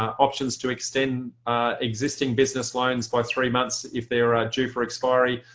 options to extend existing business loans by three months if they're ah due for expiry.